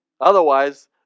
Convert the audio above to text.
Otherwise